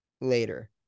later